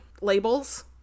labels